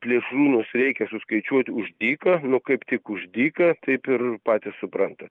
plėšrūnus reikia suskaičiuoti už dyką nu kaip tik už dyką taip ir patys suprantat